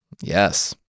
Yes